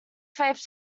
faith